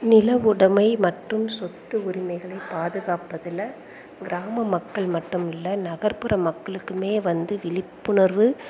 நிலவுடமை மற்றும் சொத்து உரிமைகளை பாதுகாப்பதில் கிராம மக்கள் மட்டும் இல்லை நகர்ப்புற மக்களுக்குமே வந்து விழிப்புணர்வு